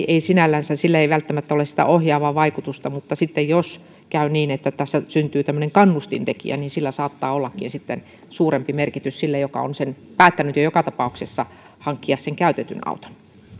ei sinällänsä välttämättä ole sitä ohjaavaa vaikutusta niin sitten jos käy niin että tässä syntyy tämmöinen kannustintekijä sillä saattaa ollakin sitten suurempi merkitys sille joka on päättänyt jo joka tapauksessa hankkia sen käytetyn auton